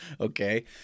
okay